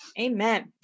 Amen